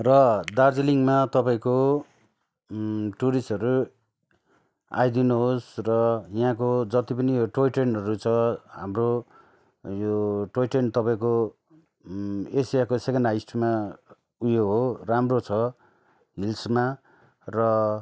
र दार्जिलिङमा तपाईँको टुरिस्टहरू आइदिनुहोस् र यहाँको जति पनि यो टोयट्रेनहरू छ हाम्रो यो टोयट्रेन तपाईँको एशियाको सेकेन्ड हाइएस्टमा उयो हो राम्रो छ हिल्समा र